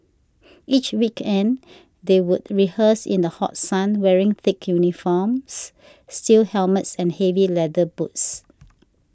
each weekend they would rehearse in the hot sun wearing thick uniforms steel helmets and heavy leather boots